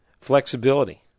flexibility